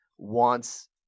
Wants